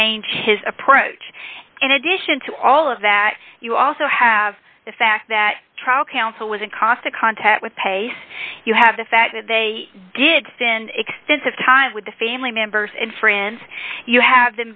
change his approach in addition to all of that you also have the fact that trial counsel was in constant contact with pace you have the fact that they did just an extensive time with the family members and friends you have